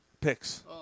Picks